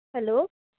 hello